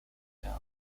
town